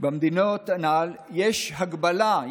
יש הגבלה,